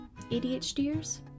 ADHDers